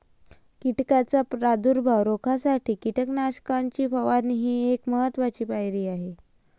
कीटकांचा प्रादुर्भाव रोखण्यासाठी कीटकनाशकांची फवारणी ही एक महत्त्वाची पायरी आहे